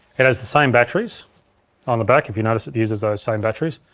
it has the same batteries on the back, if you notice it uses those same batteries.